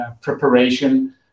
preparation